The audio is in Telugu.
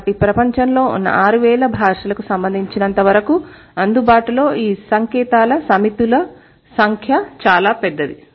కాబట్టి ప్రపంచంలో ఉన్న 6000 భాషలకు సంబంధించినంతవరకు అందుబాటులో ఈ సంకేతాల సమితుల సంఖ్య చాలా పెద్దది